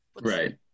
Right